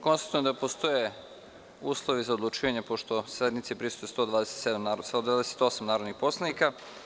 Konstatujem da postoje uslovi za odlučivanje pošto sednici prisustvuje 128 narodnih poslanika.